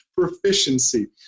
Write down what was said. proficiency